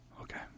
Okay